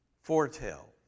foretell